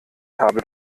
kabel